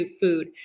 food